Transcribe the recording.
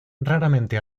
raramente